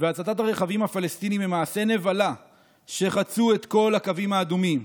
והצתת הרכבים הפלסטיניים הן מעשי נבלה שחצו את כל הקווים האדומים.